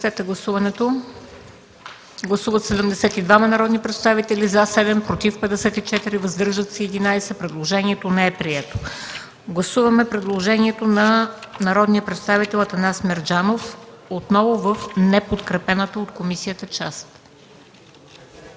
Гласуваме предложението на народния представител Атанас Мерджанов в неподкрепената от комисията част.